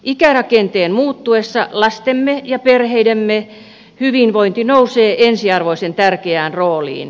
ikärakenteen muuttuessa lastemme ja perheidemme hyvinvointi nousee ensiarvoisen tärkeään rooliin